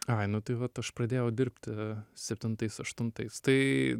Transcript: ai nu tai vat aš pradėjau dirbti septintais aštuntais tai